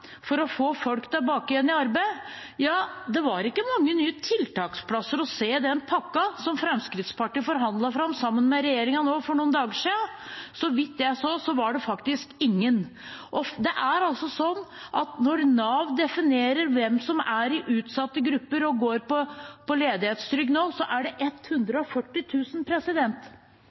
for å få folk tilbake i arbeid, var det ikke mange nye tiltaksplasser å se i den pakken som Fremskrittspartiet forhandlet fram sammen med regjeringen for noen dager siden. Så vidt jeg så, var det faktisk ingen. Når Nav definerer hvem som er i utsatte grupper og går på ledighetstrygd nå, er det 140 000. Det er bare én av ti av disse som får et tilbud gjennom Navs ordninger. Det